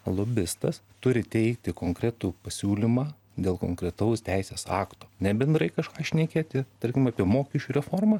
lobistas turi teikti konkretų pasiūlymą dėl konkretaus teisės akto ne bendrai kažką šnekėti tarkim apie mokesčių reformą